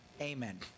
Amen